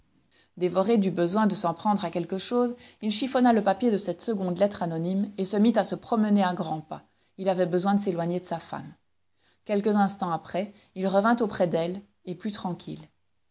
dévoré du besoin de s'en prendre à quelque chose il chiffonna le papier de cette seconde lettre anonyme et se mit à se promener à grands pas il avait besoin de s'éloigner de sa femme quelques instants après il revint auprès d'elle et plus tranquille